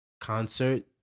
concert